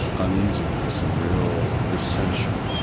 uneasiness and real dissention.